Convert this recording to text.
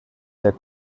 der